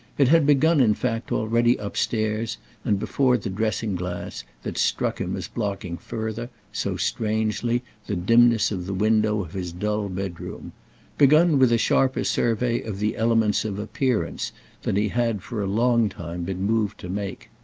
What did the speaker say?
it had begun in fact already upstairs and before the dressing glass that struck him as blocking further, so strangely, the dimness of the window of his dull bedroom begun with a sharper survey of the elements of appearance than he had for a long time been moved to make.